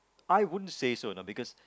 I wouldn't say so you know because